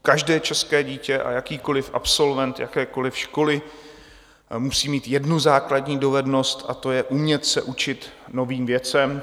Každé české dítě a jakýkoli absolvent jakékoli školy musí mít jednu základní dovednost, a to je umět se učit novým věcem.